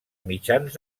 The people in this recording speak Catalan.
mitjans